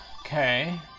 okay